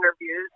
interviews